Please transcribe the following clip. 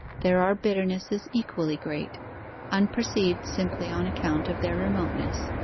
there are bitternesses equally great unperceived simply on account of their remoteness.